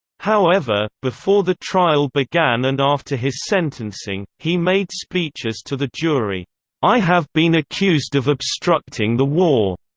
however, before the trial began and after his sentencing, he made speeches to the jury i have been accused of obstructing the war.